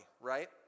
right